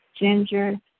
ginger